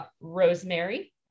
Rosemary